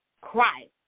Christ